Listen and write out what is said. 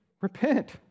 Repent